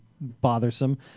bothersome